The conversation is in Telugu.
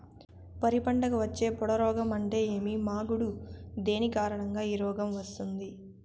వరి పంటకు వచ్చే పొడ రోగం అంటే ఏమి? మాగుడు దేని కారణంగా ఈ రోగం వస్తుంది?